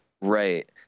right